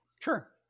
Sure